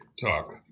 talk